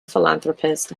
philanthropist